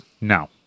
No